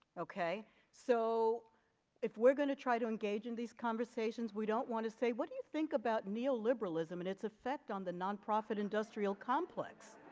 ok so if we're going to try to engage in these conversations we don't want to say what do you think about neo liberalism and its effect on the nonprofit industrial complex.